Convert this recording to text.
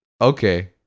Okay